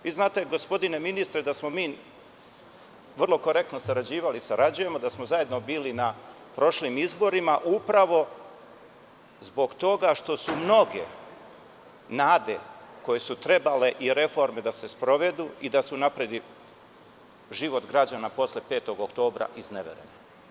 Vi znate, gospodine ministre, da smo mi vrlo korektno sarađivali i sarađujemo, da smo zajedno bili na prošlim izborima upravo zbog toga što su mnoge nade koje su trebale i reforme da se sprovedu, i da se unapredi život građana posle petog oktobra, izneverene.